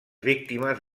víctimes